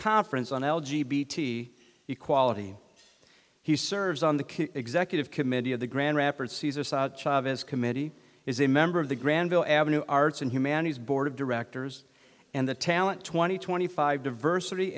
conference on l g b t equality he serves on the executive committee of the grand rapids cesar chavez committee is a member of the granville avenue arts and humanities board of directors and the talent twenty twenty five diversity